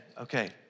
Okay